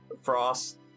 Frost